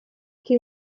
che